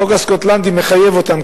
החוק הסקוטי מחייב אותם,